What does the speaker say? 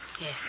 Yes